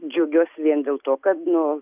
džiugios vien dėl to kad nu